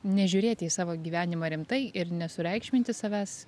nežiūrėti į savo gyvenimą rimtai ir nesureikšminti savęs